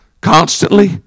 Constantly